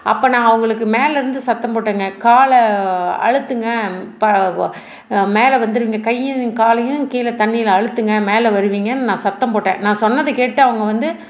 அப்போ நான் அவங்களுக்கு மேலேருந்து சத்தம் போட்டேங்க காலை அழுத்துங்கள் ப மேலே வந்துடுவீங்க கையையும் காலையும் கீழே தண்ணியில் அழுத்துங்கள் மேலே வருவீங்கன்னு நான் சத்தம் போட்டேன் நான் சொன்னதை கேட்டு அவங்க வந்து